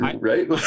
right